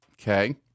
Okay